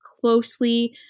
closely